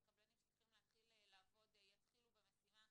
וקבלנים שצריכים להתחיל לעבוד יתחילו במשימה,